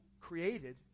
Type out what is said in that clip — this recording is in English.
Created